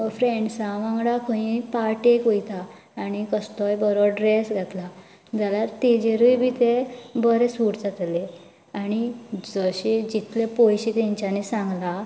फ्रेंन्डसा वांगडा खंय पार्टेक वयता आनी कसलोय बरो ड्रेस घातलो जाल्यार तेजेरूय बी तें बरें सूट जातले आनी जशें जितले पयशें तेंच्यानी सांगला